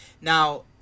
Now